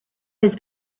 his